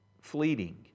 fleeting